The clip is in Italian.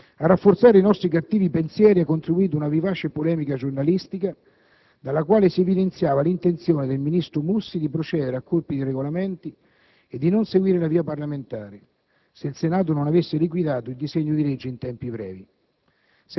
A rafforzare i nostri cattivi pensieri ha contribuito una vivace polemica giornalistica dalla quale si evidenziava l'intenzione del ministro Mussi di procedere a colpi di regolamenti e di non seguire la via parlamentare, se il Senato non avesse liquidato il disegno di legge in tempi brevi.